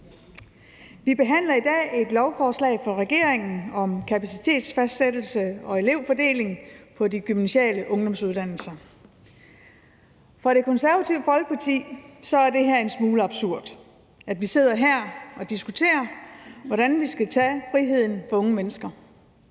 Vi behandler i dag et lovforslag fra regeringen om kapacitetsfastsættelse og elevfordeling på de gymnasiale ungdomsuddannelser. For Det Konservative Folkeparti er det en smule absurd, at vi sidder her og diskuterer, hvordan vi skal tage friheden fra unge mennesker.